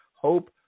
Hope